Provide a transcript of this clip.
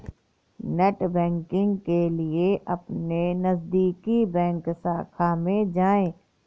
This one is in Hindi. नेटबैंकिंग के लिए अपने नजदीकी बैंक शाखा में जाए